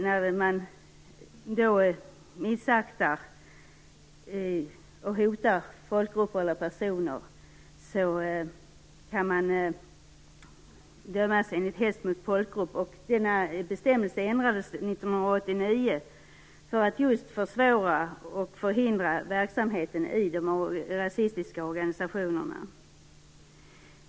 När man missaktar och hotar folkgrupp eller personer kan man dömas enligt bestämmelsen om hets mot folkgrupp. Bestämmelsen ändrades 1989 just för att försvåra och förhindra verksamheten i de rasistiska organisationerna.